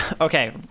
Okay